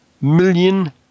million